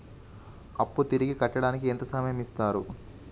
అప్పు తిరిగి కట్టడానికి ఎంత సమయం ఇత్తరు?